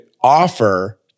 offer